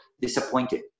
disappointed